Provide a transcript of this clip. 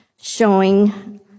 showing